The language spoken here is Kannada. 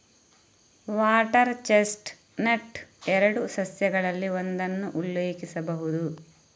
ವಾಟರ್ ಚೆಸ್ಟ್ ನಟ್ ಎರಡು ಸಸ್ಯಗಳಲ್ಲಿ ಒಂದನ್ನು ಉಲ್ಲೇಖಿಸಬಹುದು